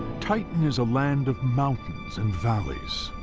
titan is a land of mountains and valleys,